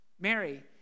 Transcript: Mary